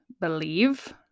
believe